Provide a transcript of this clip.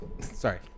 sorry